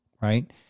Right